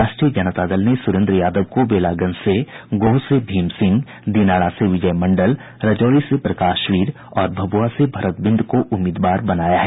राष्ट्रीय जनता दल ने सुरेन्द्र यादव को वेलागंज से गोह से भीम सिंह दिनारा से विजय मंडल रजौली से प्रकाश वीर और भभुआ से भरत बिंद को उम्मीदवार बनाया है